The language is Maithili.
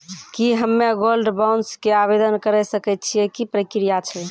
की हम्मय गोल्ड बॉन्ड के आवदेन करे सकय छियै, की प्रक्रिया छै?